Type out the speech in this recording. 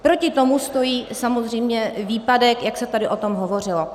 Proti tomu stojí samozřejmě výpadek, jak se tady o tom hovořilo.